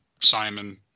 Simon